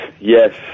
Yes